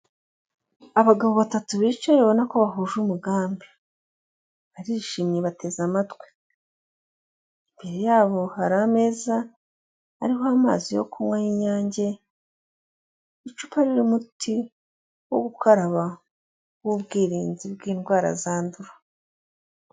Abagabo batatu bicaye ubona ko bahuje umugambi, barishimye bateze amatwi. Imbere yabo hari ameza ariho amazi yo kunywa y' inyange, icupa ririmo umuti wo gukaraba w'ubwirinzi bw'indwara zandura.